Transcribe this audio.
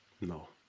No